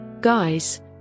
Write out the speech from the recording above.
Guys